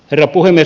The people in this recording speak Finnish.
herra puhemies